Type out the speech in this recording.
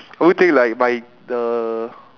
I would take like my the